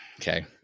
Okay